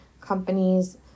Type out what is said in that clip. companies